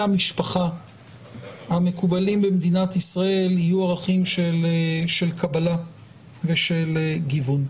המשפחה המקובלים במדינת ישראל יהיו ערכים של קבלה ושל גיוון.